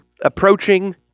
approaching